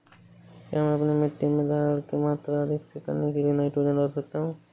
क्या मैं अपनी मिट्टी में धारण की मात्रा अधिक करने के लिए नाइट्रोजन डाल सकता हूँ?